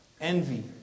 envy